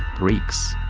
reeks.